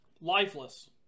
lifeless